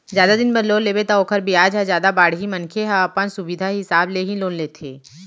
जादा दिन बर लोन लेबे त ओखर बियाज जादा बाड़ही मनखे मन ह अपन सुबिधा हिसाब ले ही लोन लेथे